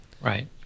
Right